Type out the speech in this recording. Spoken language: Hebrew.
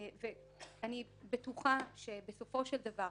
אני בטוחה שבסופו של דבר,